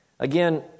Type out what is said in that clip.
Again